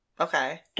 okay